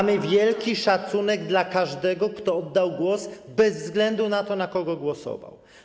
Mamy wielki szacunek dla każdego, kto oddał głos, bez względu na to, na kogo głosował.